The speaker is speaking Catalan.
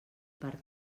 per